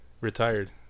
retired